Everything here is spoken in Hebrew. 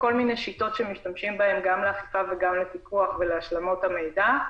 כל מיני שיטות שמשתמשים בהן גם לאכיפה וגם לפיקוח ולהשלמות המידע,